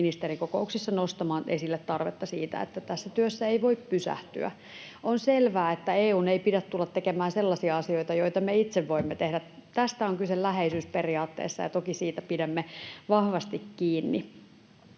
ministerikokouksissa nostamaan esille tarvetta siitä, että tässä työssä ei voi pysähtyä. [Petri Huru: Harjavallassa investoinnit seisovat!] On selvää, että EU:n ei pidä tulla tekemään sellaisia asioita, joita me itse voimme tehdä. Tästä on kyse läheisyysperiaatteessa, ja toki siitä pidämme vahvasti kiinni.